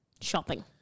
shopping